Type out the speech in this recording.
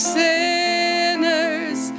sinners